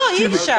אי אפשר.